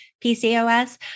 PCOS